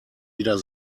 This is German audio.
wieder